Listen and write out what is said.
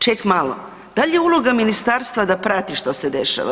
Ček malo, da li je uloga ministarstva da prati što se dešava?